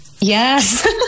Yes